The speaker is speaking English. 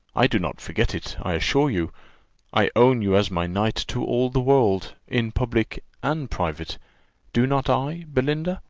i do not forget it, i assure you i own you as my knight to all the world, in public and private do not i, belinda?